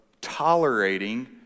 tolerating